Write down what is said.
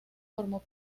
formó